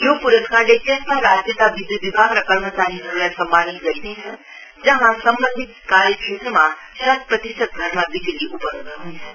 यो पुरस्कारले त्यस्ता राज्यका विधुत् विभाग र कर्मचारीहरूलाई सम्मानित गरिनेछ जहाँ सम्बन्धित कार्यक्षेत्रमा शत प्रतिशत घरमा बिजुली उपलब्ध हन्छन्